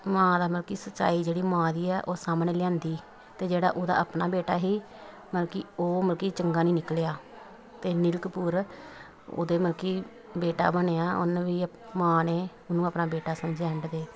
ਮਾਂ ਦਾ ਮਲ ਕਿ ਸੱਚਾਈ ਜਿਹੜੀ ਮਾਂ ਦੀ ਹੈ ਉਹ ਸਾਹਮਣੇ ਲਿਆਂਦੀ ਅਤੇ ਜਿਹੜਾ ਉਹਦਾ ਆਪਣਾ ਬੇਟਾ ਸੀ ਮਲ ਕਿ ਉਹ ਮਲ ਕਿ ਚੰਗਾ ਨਹੀਂ ਨਿਕਲਿਆ ਅਤੇ ਅਨਿਲ ਕਪੂਰ ਉਹਦੇ ਮਲ ਕਿ ਬੇਟਾ ਬਣਿਆ ਉਹਨੂੰ ਵੀ ਮਾਂ ਨੇ ਉਹਨੂੰ ਆਪਣਾ ਬੇਟਾ ਸਮਝਿਆ ਐਂਡ 'ਤੇ